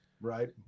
right